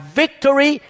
victory